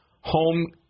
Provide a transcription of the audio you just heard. home